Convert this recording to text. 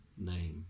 name